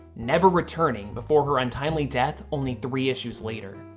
never returning before her untimely death only three issues later.